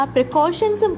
Precautions